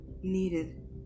Needed